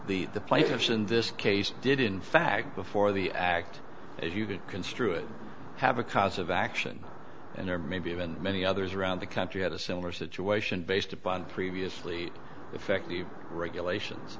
case did in fact before the act as you could construe it have a cause of action and or maybe even many others around the country had a similar situation based upon previously effect leave regulations